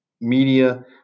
Media